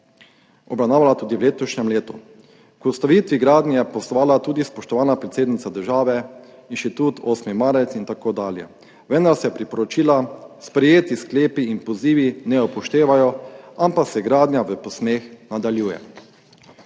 obravnavala tudi v letošnjem letu. K ustavitvi gradnje je pozvala tudi spoštovana predsednica države, Inštitut 8. marec in tako dalje, vendar se priporočila, sprejeti sklepi in pozivi ne upoštevajo, ampak se gradnja v posmeh nadaljuje.